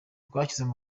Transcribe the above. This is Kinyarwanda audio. rwashyize